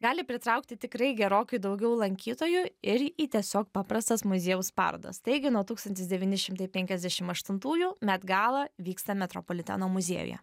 gali pritraukti tikrai gerokai daugiau lankytojų ir į tiesiog paprastas muziejaus parodas taigi nuo tūkstantis devyni šimtai penkiasdešim aštuntųjų met gala vyksta metropoliteno muziejuje